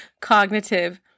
Cognitive